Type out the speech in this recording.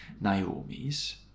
Naomi's